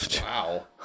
Wow